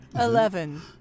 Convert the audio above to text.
Eleven